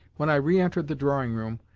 when i re-entered the drawing-room,